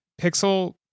Pixel